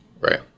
Right